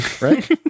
right